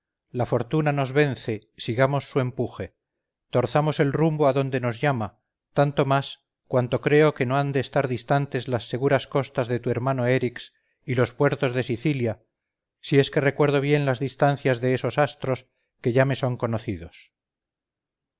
la fortuna nos vence sigamos su empuje torzamos el rumbo adonde nos llama tanto más cuanto creo que no han de estar distantes las seguras costas de tu hermano erix y los puertos de sicilia si es que recuerdo bien las distancias de esos astros que ya me son conocidos